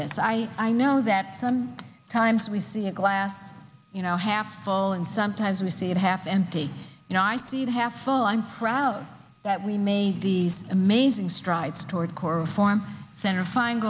this i i know that some times we see a glass you know half falling sometimes we see it half empty you know i think half full i'm proud that we made the amazing strides toward core form center fein